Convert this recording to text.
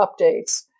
updates